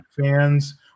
fans